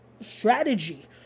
strategy